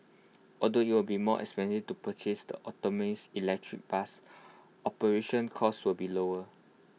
although IT will be more expensive to purchase the electric bus operational costs will be lower